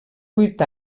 vuit